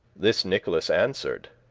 this nicholas answer'd